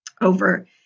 over